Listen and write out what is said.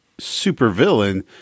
supervillain